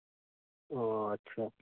ᱚᱻ ᱟᱪᱪᱷᱟ